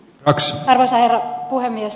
arvoisa herra puhemies